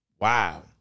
Wow